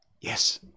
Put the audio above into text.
Yes